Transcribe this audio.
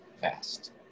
fast